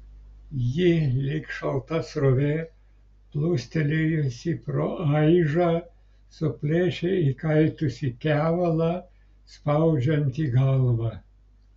ji lyg šalta srovė plūstelėjusi pro aižą suplėšė įkaitusį kevalą spaudžiantį galvą